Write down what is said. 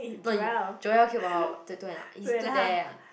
no you Joel queued for how long two and you stood there ah